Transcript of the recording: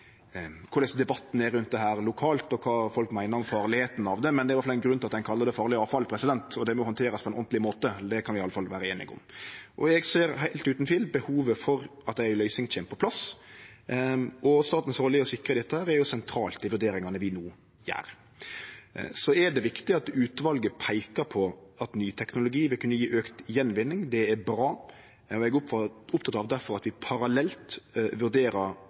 korleis debatten er rundt dette lokalt, og kva folk meiner om kor farleg det er. Men det er iallfall ein grunn til at ein kallar det farleg avfall, og det må handterast på ein ordentleg måte – det kan vi iallfall vere einige om. Eg ser heilt utan tvil behovet for at ei løysing kjem på plass, og statens rolle i å sikre dette er sentral i dei vurderingane vi no gjer. Så er det viktig at utvalet peikar på at ny teknologi vil kunne gje auka gjenvinning. Det er bra. Eg er difor oppteken av at vi parallelt vurderer